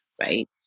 right